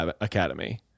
Academy